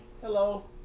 Hello